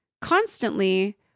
constantly